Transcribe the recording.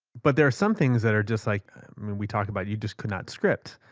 but there are some things that are just like i mean we talk about, you just could not script.